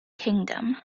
kingdom